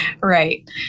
right